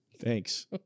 thanks